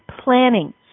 planning